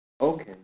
Okay